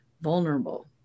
vulnerable